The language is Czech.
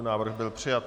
Návrh byl přijat.